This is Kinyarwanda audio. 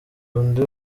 undi